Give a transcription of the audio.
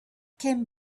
came